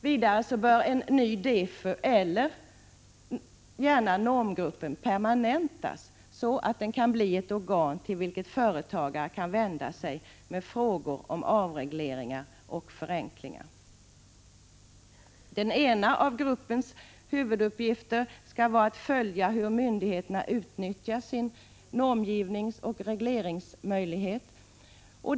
Vidare bör en ny DEFU - eller gärna normgruppen — permanentas, så att vi får ett organ till vilket företagare kan vända sig med frågor om avregleringar och förenklingar. Den ena av en sådan grupps huvuduppgifter borde då vara att följa hur myndigheterna utnyttjar sina normgivningsoch regleringsmöjligheter.